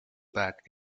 back